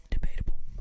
Debatable